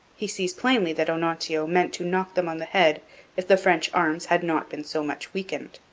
he sees plainly that onontio meant to knock them on the head if the french arms had not been so much weakened.